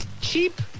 cheap